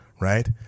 right